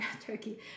turkey